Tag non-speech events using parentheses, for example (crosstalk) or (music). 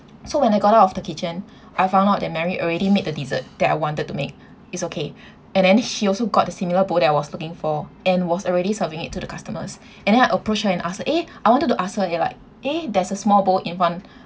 so when I got out of the kitchen (breath) I found out that mary already made the dessert that I wanted to make is okay and then she also got the similar bowl that I was looking for and was already serving it to the customers (breath) and then I approach her and ask her eh I wanted to ask her you like eh there's a small bowl in one